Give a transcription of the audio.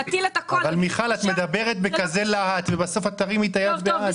את מדברתך בכזה להט אבל בסוף את תרימי את היד בעד.